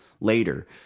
later